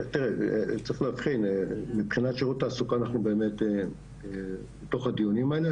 צריך להבחין מבחינת שירות תעסוקה אנחנו באמת בתוך הדיונים האלה,